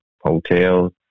hotels